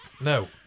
No